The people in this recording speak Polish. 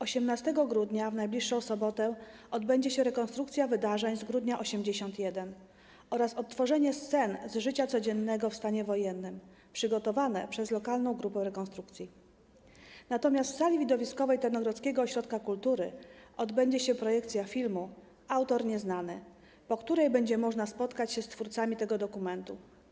18 grudnia, w najbliższą sobotę, odbędzie się rekonstrukcja wydarzeń z grudnia 1981 r. oraz odtworzenie scen z życia codziennego w stanie wojennym przygotowane przez lokalną grupę rekonstrukcyjną, natomiast w sali widowiskowej Tarnogrodzkiego Ośrodka Kultury odbędzie się projekcja filmu „Autor nieznany”, po której będzie można spotkać się z twórcami tego dokumentu.